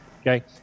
okay